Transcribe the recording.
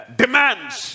demands